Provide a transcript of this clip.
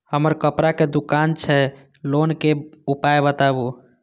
हमर कपड़ा के दुकान छै लोन के उपाय बताबू?